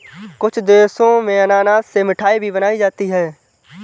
कुछ देशों में अनानास से मिठाई भी बनाई जाती है